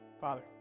Father